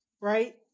right